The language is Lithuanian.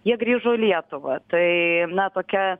jie grįžo į lietuvą tai na tokia